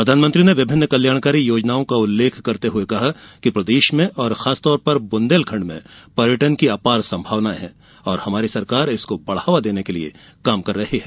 प्रधानमंत्री ने विभिन्न कल्याणकारी योजनाओं का उल्लेख करते हये कहा कि प्रदेश में और खासतौर पर बुंदेलखंड में पर्यटन की अपार संभावनायें है और हमारी सरकार इसको बढावा देने के लिये काम कर रही है